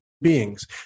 beings